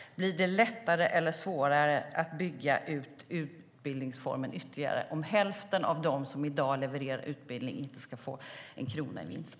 Blir det lättare eller svårare att bygga ut utbildningsformen ytterligare om hälften av dem som i dag levererar utbildning inte ska få en krona i vinst?